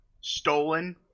stolen